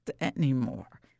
anymore